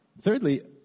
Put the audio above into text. Thirdly